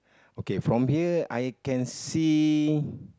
okay from here I can see